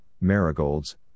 marigolds